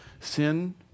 Sin